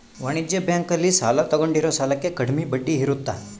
ವಾಣಿಜ್ಯ ಬ್ಯಾಂಕ್ ಅಲ್ಲಿ ಸಾಲ ತಗೊಂಡಿರೋ ಸಾಲಕ್ಕೆ ಕಡಮೆ ಬಡ್ಡಿ ಇರುತ್ತ